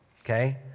okay